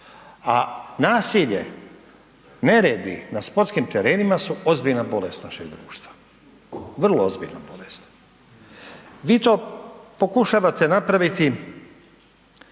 a nasilje, neredi na sportskim terenima su ozbiljna bolest našeg društva, vrlo ozbiljna bolest. Vi to pokušavate napraviti